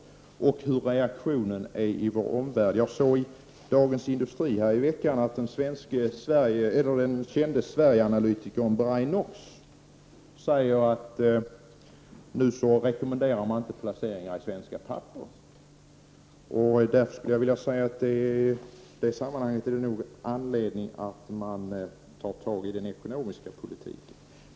Vi måste också ta hänsyn till reaktionen i vår omvärld. Jag såg i Dagens Industri härom veckan att den kände Sverige-analytikern Brian Knox skrev att man inte längre rekommenderar placeringar i svenska papper. Vi har därför nog anledning att se över den ekonomiska politiken.